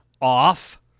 off